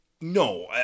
No